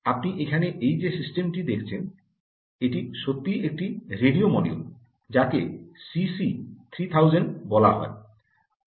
আপনি এখানে এই যে সিস্টেমটি দেখছেন এটি সত্যই একটি রেডিও মডিউল যাকে সি সি 3000 বলা হয়